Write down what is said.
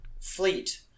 fleet